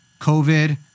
COVID